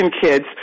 kids